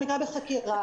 המקרה בחקירה,